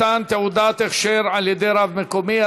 מתן תעודת הכשר על-ידי רב מקומי),